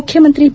ಮುಖ್ಯಮಂತ್ರಿ ಬಿ